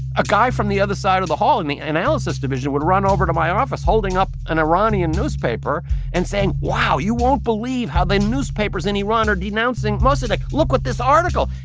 a guy from the other side of the hall in the analysis division would run over to my office holding up an iranian newspaper and saying, wow. you won't believe how the newspapers in iran are denouncing mossadegh. look at this article.